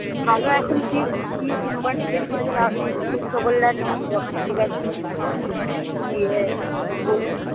ভালো এখন কী কী কোম্পানি বেরিয়েছে তাহলে আপনি একটু খোঁজ খবর নিন না দোকানে জিজ্ঞাসা করুন না দিয়ে বলুন